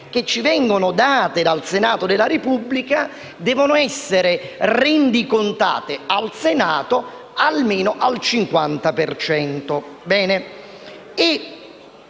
che ci viene data dal Senato della Repubblica, deve essere rendicontata al Senato almeno al 50